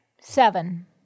Seven